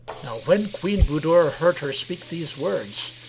now when queen budur heard her speak these words,